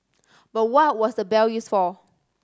but what was the bell used for